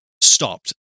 stopped